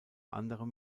anderem